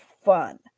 fun